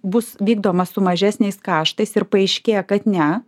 bus vykdoma su mažesniais kaštais ir paaiškėja kad ne